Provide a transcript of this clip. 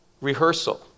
rehearsal